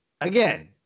again